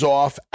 off